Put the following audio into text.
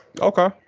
Okay